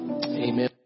Amen